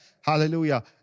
Hallelujah